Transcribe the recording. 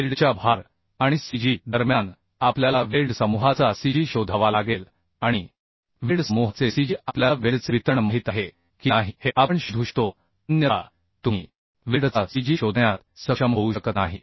वेल्डच्या भार आणि cg दरम्यान आपल्याला वेल्ड समूहाचा cg शोधावा लागेल आणि वेल्ड समूहाचे cg आपल्याला वेल्डचे वितरण माहित आहे की नाही हे आपण शोधू शकतो अन्यथा तुम्हीवेल्डचा cg शोधण्यात सक्षम होऊ शकत नाही